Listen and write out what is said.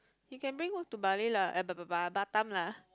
you can bring work to Bali lah eh ba ba ba Batam lah